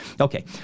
Okay